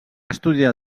estudiar